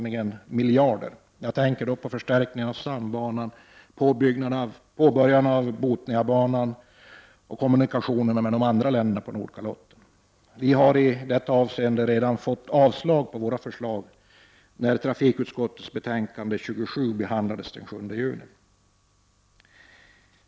Jag tänker då på de åt gärder som behövs när det gäller förstärkningen av stambanan, påbörjandet av Bothniabanan samt kommunikationerna med de andra länderna på Nordkalotten. Men i det avseendet avslogs våra förslag i samband med att trafikutskottets betänkande 27 behandlades den 7 juni.